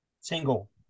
single